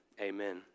Amen